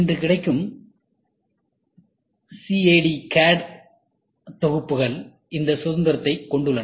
இன்று கிடைக்கும் சிஏடி தொகுப்புகள் இந்த சுதந்திரத்தைக் கொண்டுள்ளன